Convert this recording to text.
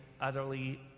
utterly